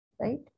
right